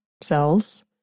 cells